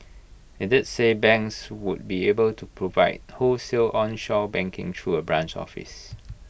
IT did say banks would be able to provide wholesale onshore banking through A branch office